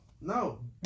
No